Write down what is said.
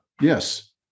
yes